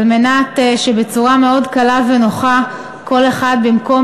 כדי שבצורה מאוד קלה ונוחה כל אחד במקום